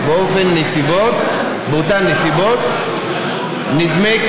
עבדתי בתחנת הניסיונות בערבה,